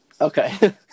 Okay